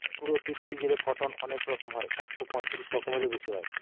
পুরো পৃথিবী জুড়ে কটন অনেক রকম হয় একশো পঁয়ত্রিশ রকমেরও বেশি হয়